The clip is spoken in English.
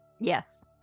Yes